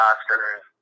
Oscars